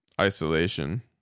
isolation